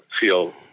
feel